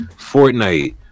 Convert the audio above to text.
Fortnite